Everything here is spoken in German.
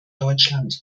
deutschland